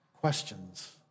questions